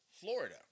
Florida